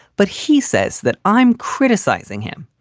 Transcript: but he says that i'm criticizing him.